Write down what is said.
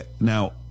Now